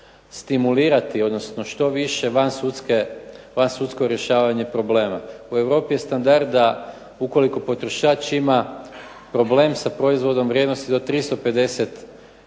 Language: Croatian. stimulirati odnosno što više vansudsko rješavanje problema. U Europi je standard da ukoliko potrošač ima problem sa proizvodom u vrijednosti do 350 eura